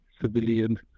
civilian